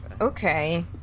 Okay